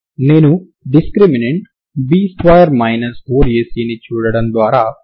నేను discriminant B2 4AC ని చూడటం ద్వారా నేరుగా ముగించగలను